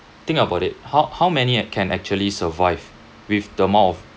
think about it how how many at can actually survive with the amount of